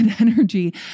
energy